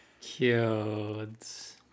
cute